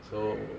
so